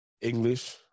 English